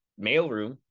mailroom